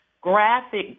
graphic